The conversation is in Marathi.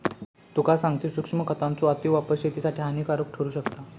तुका सांगतंय, सूक्ष्म खतांचो अतिवापर शेतीसाठी हानिकारक ठरू शकता